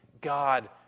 God